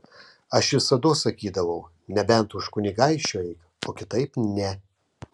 aš visados sakydavau nebent už kunigaikščio eik o kitaip ne